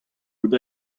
out